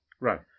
Right